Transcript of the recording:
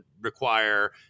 require